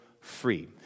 free